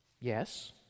Yes